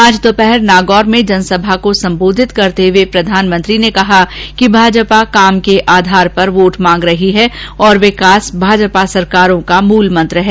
आज दोपहर नागौर में जनसभा को सम्बोधित करते हुए प्रधानमंत्री ने कहा कि भाजपा काम के आधार पर वोट मांग रही है और विकास भाजपा सरकारों का मूल मंत्र है